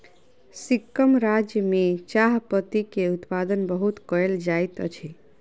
सिक्किम राज्य में चाह पत्ती के उत्पादन बहुत कयल जाइत अछि